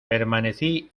permanecí